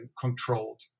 controlled